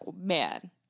man